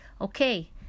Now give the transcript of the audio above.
okay